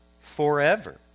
forever